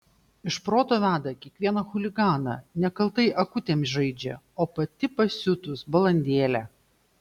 iš proto veda kiekvieną chuliganą nekaltai akutėm žaidžia o pati pasiutus balandėlė